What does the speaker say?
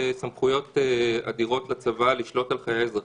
סמכויות אדירות לצבא לשלוט על חיי אזרחים.